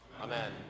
Amen